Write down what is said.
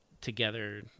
together